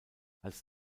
als